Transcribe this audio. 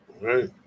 right